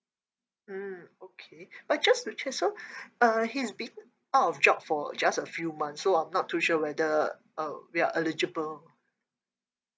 mm okay but just to check so uh he's been out of job for just a few months so I'm not too sure whether uh we are eligible